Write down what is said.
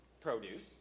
produce